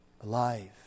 alive